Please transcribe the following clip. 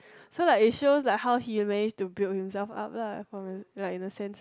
so like it shows like how he manage to build up himself up lah from like that sense